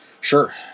Sure